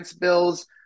bills